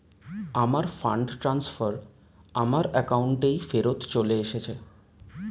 আমার fund transfer আমার অ্যাকাউন্টেই ফেরত চলে এসেছে